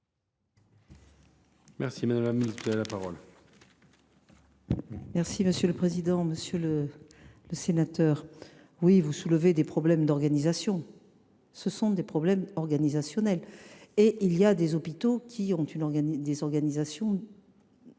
aussi, madame la ministre,